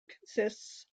consists